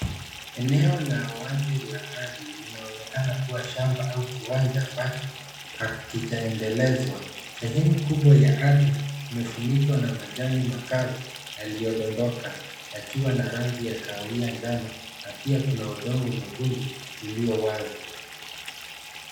Eneo la uwazi la ardhi linaonekana kuwa shamba au kiwanja ambacho hakijaendelezwa ,sehemu kubwa ya ardhi imefunikwa na majani makavu yaliyodondoka yakiwa na rangi ya kahawia njano na pia kuna udongo mwekundu ulio wazi.